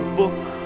book